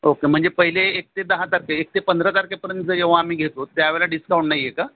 okay म्हणजे पहिले एक ते दहा तारखे एक ते पंधरा तारखेपर्यंत जेव्हा आम्ही घेतो त्यावेळेला डिस्काउंट नाही आहे का